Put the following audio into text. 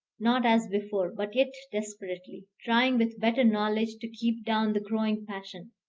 not as before, but yet desperately, trying with better knowledge to keep down the growing passion.